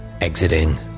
exiting